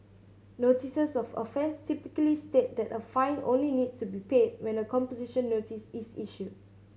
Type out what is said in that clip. notices of offence typically state that a fine only needs to be paid when a composition notice is issued